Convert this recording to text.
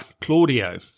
Claudio